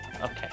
Okay